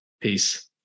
Peace